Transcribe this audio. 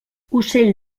ocell